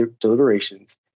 deliberations